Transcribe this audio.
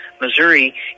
missouri